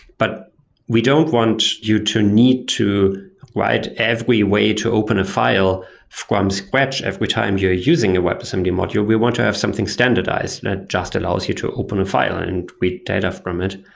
but we don't want you to need to write every way to open a file from scratch every time you're using a webassembly module. we want to have something standardized that just allows you to open a file and read data from it.